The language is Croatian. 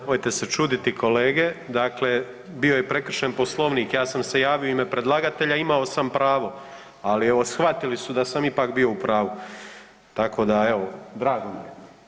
Nemojte se čuditi kolege, dakle bio je prekršen Poslovnik, ja sam se javio u ime predlagatelja imao sam pravo, ali shvatili su da sam ipak bio u pravu, tako da evo drago mi je.